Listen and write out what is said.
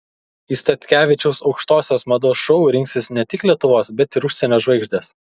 į statkevičiaus aukštosios mados šou rinksis ne tik lietuvos bet ir užsienio žvaigždės